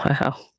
wow